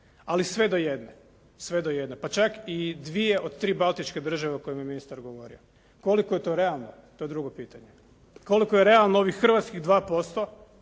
Sve do jedne, pa čak i dvije od tri baltičke države o kojima je ministar govorio. Koliko je to realno, to je drugo pitanje. Koliko je realno ovih hrvatskih 2%